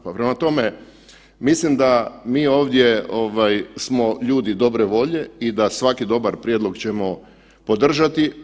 Pa prema tome, mislim da mi ovdje ovaj smo ljudi dobre volje i da svaki dobar prijedlog ćemo podržati.